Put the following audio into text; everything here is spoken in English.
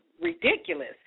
ridiculous